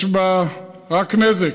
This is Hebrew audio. יש בה רק נזק,